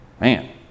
Man